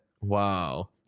Wow